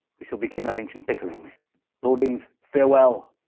we shall begin our ancient bickerings lordings farewell,